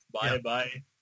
Bye-bye